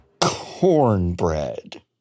cornbread